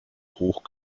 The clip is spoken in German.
hoch